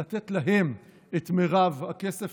ולתת להם את מרב הכסף.